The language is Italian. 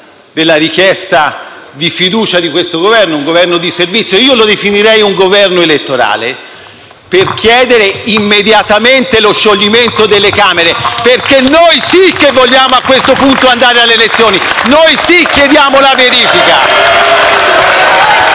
della richiesta di fiducia di questo Governo di servizio - lo definirei un Governo elettorale - per chiedere immediatamente lo scioglimento delle Camere, perché noi sì che vogliamo, a questo punto, andare alle elezioni, noi sì che chiediamo la verifica!